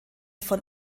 von